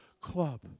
club